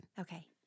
Okay